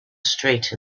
street